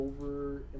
over